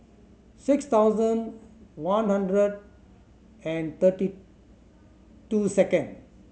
six thousand one hundred and thirty two second